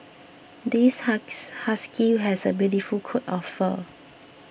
this husky has a beautiful coat of fur